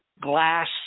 glass